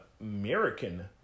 American